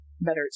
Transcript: better